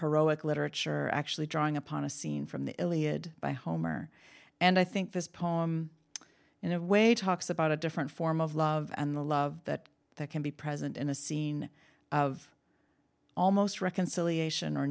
heroic literature actually drawing upon a scene from the iliad by homer and i think this poem in a way talks about a different form of love and the love that can be present in a scene of almost reconciliation or